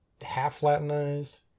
half-Latinized